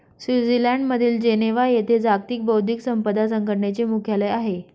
स्वित्झर्लंडमधील जिनेव्हा येथे जागतिक बौद्धिक संपदा संघटनेचे मुख्यालय आहे